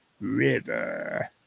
River